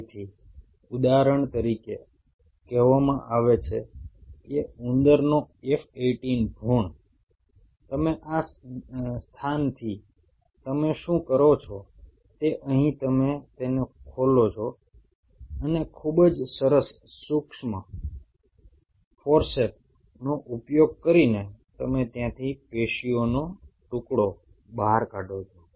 તેથી ઉદાહરણ તરીકે કહેવામાં આવે છે કે ઉંદરનો F 18 ભૃણ તમે આ સ્થાનથી તમે શું કરો છો તે અહીં તમે તેને ખોલો છો અને ખૂબ જ સરસ સૂક્ષ્મ ફોર્સેપ્સનો ઉપયોગ કરીને તમે ત્યાંથી પેશીઓનો ટુકડો બહાર કાઢો છો